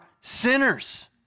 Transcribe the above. sinners